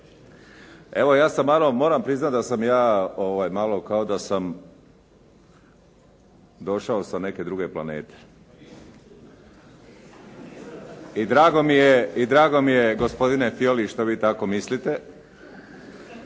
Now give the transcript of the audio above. Evo ja sam malo, moram priznat da sam ja malo kao da sam došao sa neke druge planete. I drago mi je gospodine Fiolić što vi tako mislite